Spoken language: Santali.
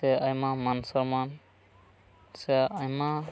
ᱥᱮ ᱟᱭᱢᱟ ᱢᱟᱱ ᱥᱚᱚᱢᱟᱱ ᱥᱮ ᱟᱭᱢᱟ